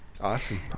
awesome